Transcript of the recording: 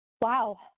wow